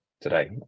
today